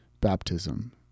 baptism